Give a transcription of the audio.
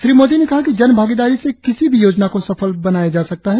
श्री मोदी ने कहा कि जनभागीदारी से किसी भी योजना को सफल बनाया जा सकता है